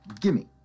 gimme